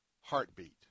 heartbeat